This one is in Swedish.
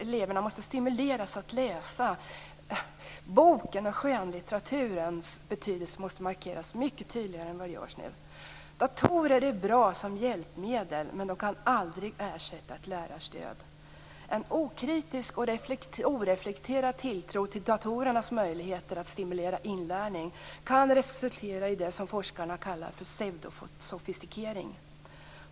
Eleverna måste stimuleras att läsa. Boken och skönlitteraturens betydelse måste markeras mycket tydligare än nu. Datorer är bra som hjälpmedel, men de kan aldrig ersätta ett lärarstöd. En okritiskt och oreflekterad tilltro till datorernas möjligheter att stimulera inlärning kan resultera i det som forskarna kallar pseudosofistikering.